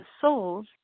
souls